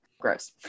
Gross